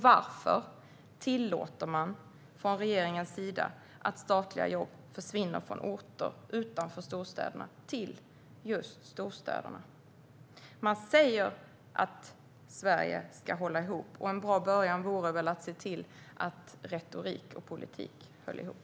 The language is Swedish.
Varför tillåter man från regeringens sida att statliga jobb försvinner från orter utanför storstäderna till just storstäderna? Man säger att Sverige ska hålla ihop. En bra början vore väl att se till att retorik och politik håller ihop.